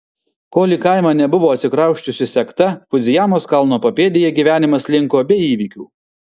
kol į kaimą nebuvo atsikrausčiusi sekta fudzijamos kalno papėdėje gyvenimas slinko be įvykių